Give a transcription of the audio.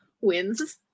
wins